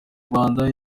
rwanda